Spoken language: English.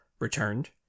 returned